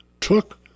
took